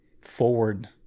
forward